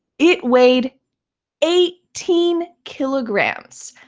it weighed eighteen kilograms.